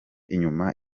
inyuma